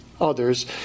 others